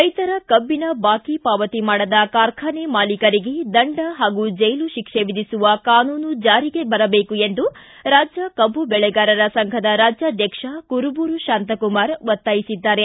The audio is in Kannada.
ರೈತರ ಕಬ್ಬನ ಬಾಕಿ ಪಾವತಿ ಮಾಡದ ಕಾರ್ಖಾನೆ ಮಾಲಿಕರಿಗೆ ದಂಡ ಹಾಗೂ ಜೈಲು ಶಿಕ್ಷೆ ವಿಧಿಸುವ ಕಾನೂನು ಜಾರಿಗೆ ಬರಬೇಕು ಎಂದು ರಾಜ್ಯ ಕಬ್ಬು ಬೆಳೆಗಾರರ ಸಂಘದ ರಾಜ್ಡಾಧ್ವಕ್ಷ ಕುರುಬೂರು ಶಾಂತಕುಮಾರ ಒತ್ತಾಯಿಸಿದ್ದಾರೆ